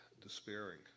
despairing